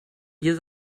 ihr